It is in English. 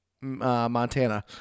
Montana